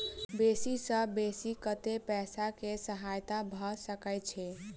बेसी सऽ बेसी कतै पैसा केँ सहायता भऽ सकय छै?